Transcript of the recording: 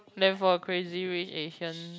then for Crazy Rich Asian